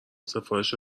سفارش